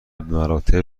بمراتب